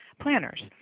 planners